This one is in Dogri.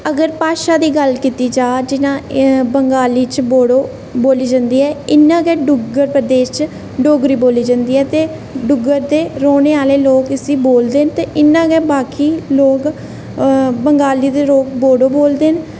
अगर भाशा दी गल्ल कीती जा जि'यां बंगाली च बोडो बोली जंदी ऐ इं'या डुग्गर प्रदेश बिच डोगरी बोली जंदी ऐ ते डुग्गर दे रौहने आह्ले लोक इसी बोलदे न ते इं'या गै बाकी लोक बंगाली दे लोक बोडो बोलदे न